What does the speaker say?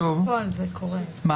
בפועל, כל